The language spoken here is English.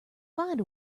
find